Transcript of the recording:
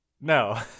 no